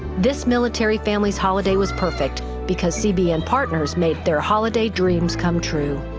this military families holiday was perfect, because cbn partners made their holiday dreams come true.